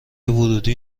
ورودی